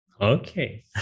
okay